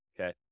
Okay